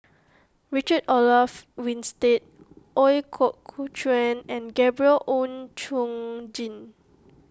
Richard Olaf Winstedt Ooi Kok Chuen and Gabriel Oon Chong Jin